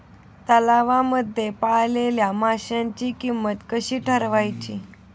तलावांमध्ये पाळलेल्या माशांची किंमत कशी ठरवायची?